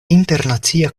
internacia